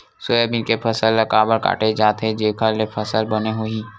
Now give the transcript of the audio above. Soybean के फसल ल काबर काटे जाथे जेखर ले फसल बने होही?